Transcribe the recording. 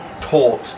taught